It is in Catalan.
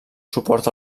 suport